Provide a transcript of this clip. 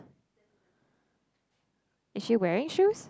is she wearing shoes